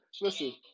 Listen